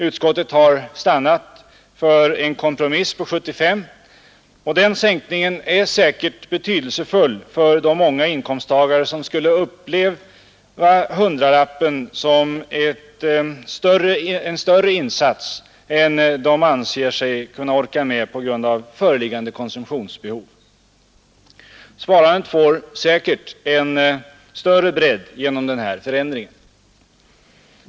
Utskottet har stannat för en kompromiss på 75 kronor. Den sänkningen är säkerligen betydelsefull för de många inkomsttagare som skulle ha upplevt hundralappen som en större insats än de anser sig orka med på grund av föreliggande konsumtionsbehov. Sparandet får säkerligen en större bredd genom den här förändringen.